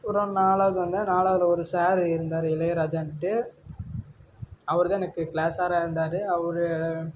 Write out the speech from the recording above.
அப்புறம் நாலாவது வந்தேன் நாலாவதில் ஒரு சாரு இருந்தார் இளையராஜான்ட்டு அவர் தான் எனக்கு கிளாஸ் சாராக இருந்தார் அவர்